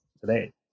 today